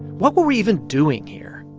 what were we even doing here?